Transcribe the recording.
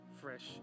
fresh